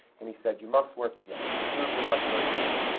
and he said, you must work together. the two of you must work together!